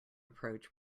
approach